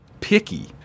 picky